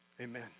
Amen